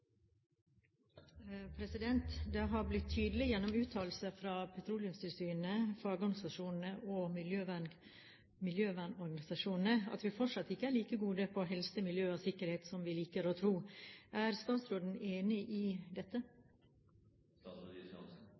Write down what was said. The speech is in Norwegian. Det har blitt tydelig gjennom uttalelser fra Petroleumstilsynet, fagorganisasjonene og miljøvernorganisasjonene at vi fortsatt ikke er like gode på helse, miljø og sikkerhet som vi liker å tro. Er statsråden enig i dette?